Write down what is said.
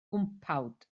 gwmpawd